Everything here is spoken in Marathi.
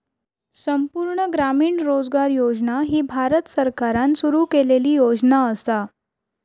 संपूर्ण ग्रामीण रोजगार योजना ही भारत सरकारान सुरू केलेली योजना असा